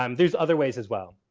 um there's other ways as well.